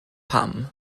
pam